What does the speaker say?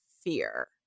fear